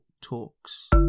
talks